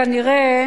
כנראה